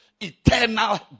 eternal